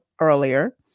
earlier